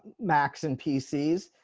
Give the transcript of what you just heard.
macs and pcs,